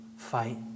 fight